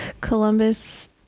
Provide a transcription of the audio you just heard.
Columbus